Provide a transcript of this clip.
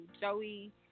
joey